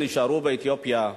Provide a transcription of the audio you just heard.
שנשארו באתיופיה.